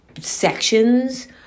sections